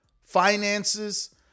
finances